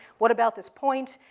what about this point?